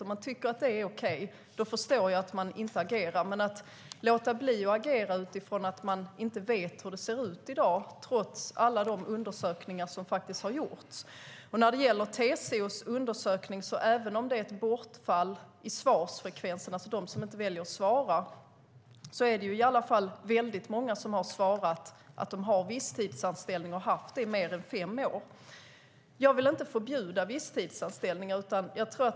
Om man tycker att det är okej förstår jag att man inte agerar. Men jag förstår inte att man kan låta bli att agera utifrån att man inte vet hur det ser ut i dag trots allt de undersökningar som har gjorts. När det gäller TCO:s undersökning - även om det är ett bortfall i svarsfrekvensen, det vill säga de som inte väljer att svara - är det väldigt många som har svarat att de har visstidsanställning och har haft det i mer än fem år. Jag vill inte förbjuda visstidsanställningar.